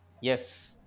Yes